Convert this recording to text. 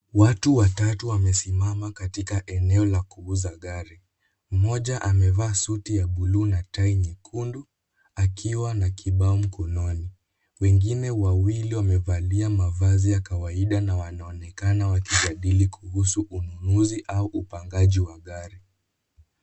Watu watatu wamesimama katika éneo ya kuuza gari mmoja amevaa suti ya buluu na tai nyekundu akiwa na kibao mkononi, wengine wawili wamevalia nguo za kawaida na wanaonekana wakijadili kuhusu ununuzi au upangaji wa gari.